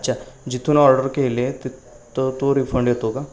अच्छा जिथून ऑर्डर केली आहे तिथं तो रिफंड येतो का